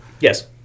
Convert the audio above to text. Yes